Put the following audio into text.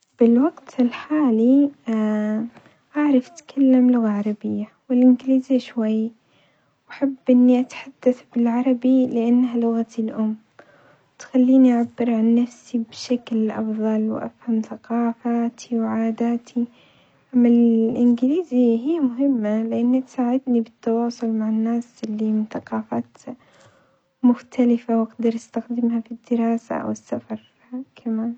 بالوقت الحالي أعرف أتكلم لغة عربية والإنجليزي شوي، بحب إني أتحدث بالعربي لأنها لغتي الأم وتخليني أعبر عن نفسي بشكل أفظل وأفهم ثقافاتي وعاداتي، أما الإنجليزي هي مهمة لأن تساعدني بالتواصل مع الناس اللي من ثقافات مختلفة وأقدر أستخدمها في الدراسة أو السفر ها كمان.